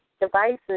devices